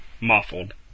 muffled